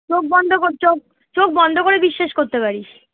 চোখ বন্ধ চোখ চোখ বন্ধ করে বিশ্বাস করতে পারিস